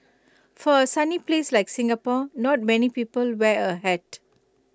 for A sunny place like Singapore not many people wear A hat